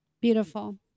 Beautiful